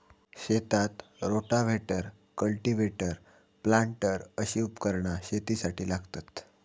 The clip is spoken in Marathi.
शेतात रोटाव्हेटर, कल्टिव्हेटर, प्लांटर अशी उपकरणा शेतीसाठी लागतत